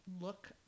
look